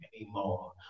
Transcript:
Anymore